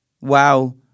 Wow